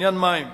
לעניין המים,